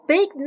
Big